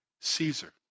Caesar